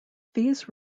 these